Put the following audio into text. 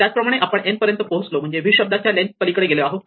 त्याचप्रमाणे आपण n पर्यंत पोहोचलो म्हणजे v शब्दाच्या लेन्थ पलीकडे गेलो आहोत